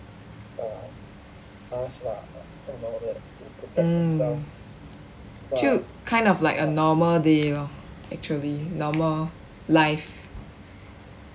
就 kind of like a normal day lor actually normal life